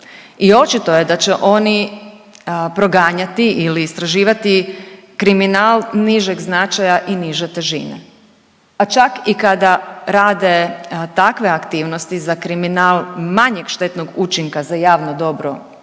I očito je da će oni proganjati ili istraživati kriminal nižeg značaja i niže težine, a čak i kada rade takve aktivnosti za kriminal manjeg štetnog učinka za javno dobro